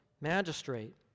magistrate